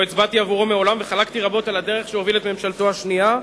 לא הצבעתי עבורו מעולם וחלקתי רבות על הדרך שבה הוביל את ממשלתו השנייה,